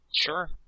Sure